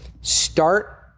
Start